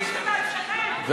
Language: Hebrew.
צריכים, פופוליסטים בעצמכם.